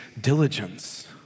diligence